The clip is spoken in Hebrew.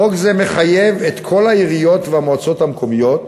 חוק זה מחייב את כל העיריות והמועצות המקומיות,